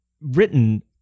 written